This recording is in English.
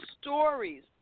stories